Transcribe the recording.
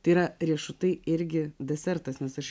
tai yra riešutai irgi desertas nes aš